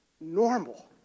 normal